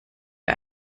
wir